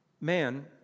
Man